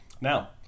Now